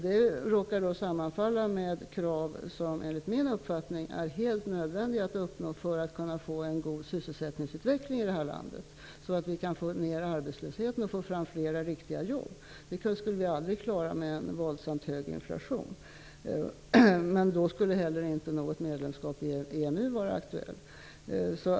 Den råkar sammanfalla med de krav som enligt min uppfattning är helt nödvändiga att uppnå för att få en god sysselsättningsutveckling i vårt land, så att arbetslösheten minskar, och för att få fram fler riktiga jobb. Det skulle vi aldrig klara med en våldsamt hög inflation, men då skulle inte heller något medlemskap i EMU vara aktuellt.